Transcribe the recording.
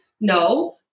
No